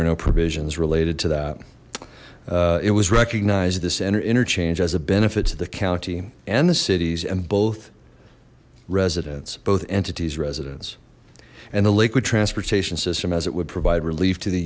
were no provisions related to that it was recognized the center interchange as a benefit to the county and the cities and both residents both entities residents and the lakewood transportation system as it provide relief to the